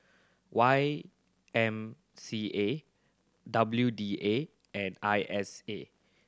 Y M C A W D A and I S A